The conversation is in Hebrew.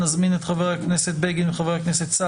נזמין את חברי הכנסת בגין וסעדי,